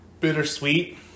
bittersweet